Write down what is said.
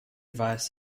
advice